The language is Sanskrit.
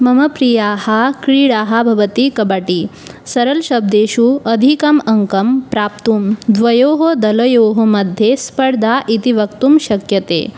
मम प्रिया क्रीडा भवति कबड्डि सरलशब्देषु अधिकम् अङ्कं प्राप्तुं द्वयोः दलयोः मध्ये स्पर्धा इति वक्तुं शक्यते